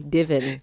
Divin